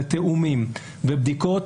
ותיאומים ובדיקות